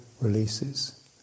releases